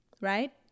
right